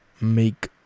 make